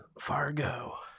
Fargo